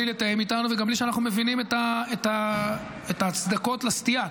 בלי לתאם איתנו וגם בלי שאנחנו מבינים את ההצדקות לסטייה.